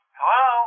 Hello